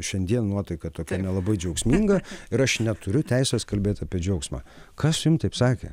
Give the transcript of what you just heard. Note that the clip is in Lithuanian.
šiandien nuotaika tokia nelabai džiaugsminga ir aš neturiu teisės kalbėti apie džiaugsmą kas jum taip sakė